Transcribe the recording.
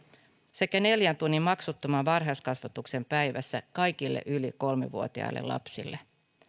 sekä neljän tunnin maksuttoman varhaiskasvatuksen päivässä kaikille yli kolme vuotiaille lapsille